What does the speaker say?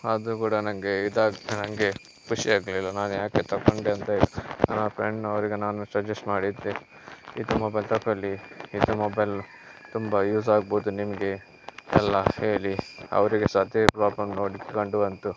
ಆದ್ರೂ ಕೂಡ ನನಗೆ ಇದ್ದಾಗ ನನಗೆ ಖುಷಿಯಾಗ್ಲಿಲ್ಲ ನಾನು ಯಾಕೆ ತಗೊಂಡೆ ಅಂತ ಹೇಳಿ ನನ್ನ ಫ್ರೆಂಡಿನವ್ರಿಗೆ ನಾನು ಸಜೆಶ್ಟ್ ಮಾಡಿದ್ದೆ ಇದು ಮೊಬೈಲ್ ತಕೊಳ್ಲಿ ಇದು ಮೊಬೈಲ್ ತುಂಬ ಯೂಸ್ ಆಗ್ಬೋದು ನಿಮಗೆ ಎಲ್ಲ ಹೇಳಿ ಅವರಿಗೆ ಸಹ ಅದೇ ಪ್ರೋಬ್ಲಮ್ ನೋಡಿ ಕಂಡು ಬಂತು